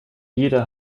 jeder